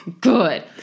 good